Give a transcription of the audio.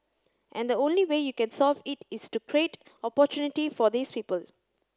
and the only way you can solve it is to create opportunity for these people